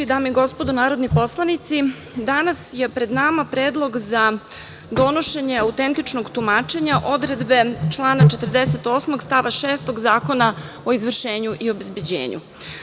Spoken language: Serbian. Dame i gospodo narodni poslanici, danas je pred nama Predlog za donošenje autentičnog tumačenja odredbe člana 48. stava 6. Zakona o izvršenju i obezbeđenju.